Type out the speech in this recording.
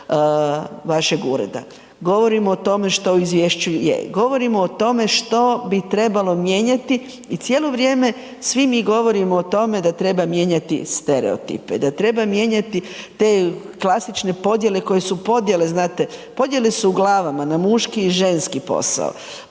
vašeg ureda. Govorimo o tome što u izvješću je, govorimo o tome što bi trebalo mijenjati i cijelo vrijeme svi mi govorimo o tome da treba mijenjati stereotipe, da treba mijenjati te klasične podjele koje su podjele znate, podjele su u glavama na muški i ženski posao,